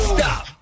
Stop